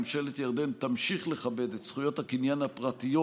ממשלת ירדן תמשיך לכבד את זכויות הקניין הפרטיות